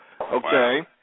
okay